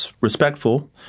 respectful